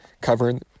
covering